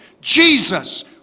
Jesus